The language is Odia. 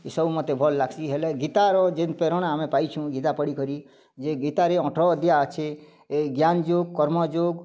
ଇଏ ସବୁ ମୋତେ ଭଲ୍ ଲାଗ୍ସି ହେଲେ ଗୀତାର ଯେନ୍ ପ୍ରେରଣା ଆମେ ପାଇସୁଁ ଗୀତା ପଢ଼ିକରି ଯେ ଗୀତାରେ ଅଠର ଅଧ୍ୟାୟ ଅଛି ଜ୍ଞାନ୍ ଯୋଗ୍ କର୍ମ୍ ଯୋଗ୍